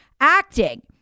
acting